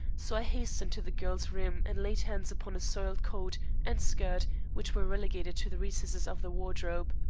so i hastened to the girl's room, and laid hands upon a soiled coat and skirt which were relegated to the recesses of the wardrobe.